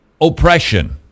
oppression